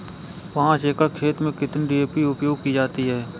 पाँच एकड़ खेत में कितनी डी.ए.पी उपयोग की जाती है?